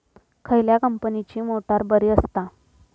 खयल्या कंपनीची मोटार बरी असता?